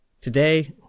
Today